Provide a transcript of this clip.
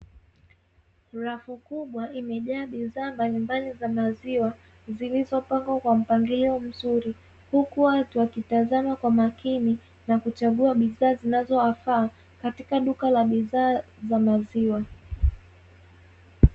Rafu kubwa imejaa bidhaa mbalimbali za maziwa zilizopangwa kwa mpangilio mzuri, huku watu wakitazama kwa makini na kuchagua bidhaa zinazowafaa katika duka la bidhaa za maziwa.